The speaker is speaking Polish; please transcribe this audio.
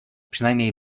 przynajmniej